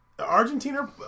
Argentina